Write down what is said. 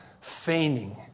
feigning